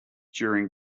during